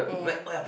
yeah